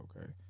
okay